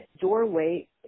doorway